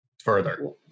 further